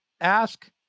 ask